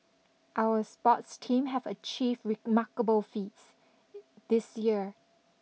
our sports team have achieved remarkable feats this year